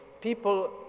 people